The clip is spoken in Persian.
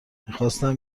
میخواستم